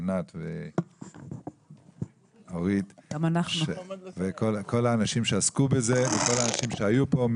ענת ואורית; את כל האנשים שעסקו בזה ואת כל האנשים שהיו פה,